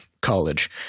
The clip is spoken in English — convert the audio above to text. college